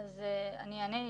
אני אענה.